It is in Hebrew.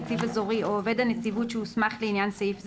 נציב אזורי או עובד הנציבות שהוסמך לעניין סעיף זה,